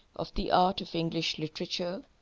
of the art of english literature,